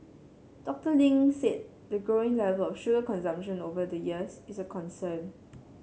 Doctor Ling said the growing level of sugar consumption over the years is a concern